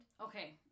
Okay